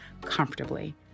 comfortably